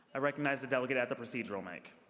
i recognize the delegate at the procedural mic.